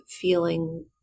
feeling